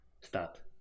start